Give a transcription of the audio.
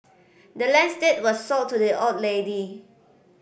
the land's deed was sold to the old lady